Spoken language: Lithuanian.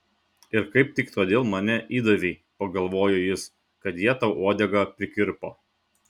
ir kaip tik todėl mane įdavei pagalvojo jis kad jie tau uodegą prikirpo